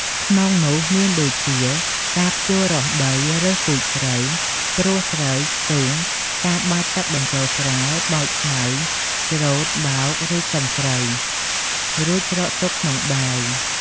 ក្នុងនោះមានដូចជា ការភ្ជួររាស់ដី រើសពូជស្រូវ ព្រួសស្រូវ ស្ទូង ការបាចទឹកបញ្ចូលស្រែ បោចស្មៅ ច្រូត បោក ឬកិនស្រូវ រួចច្រកទុកក្នុងបាវ។